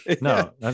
No